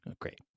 Great